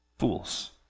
fools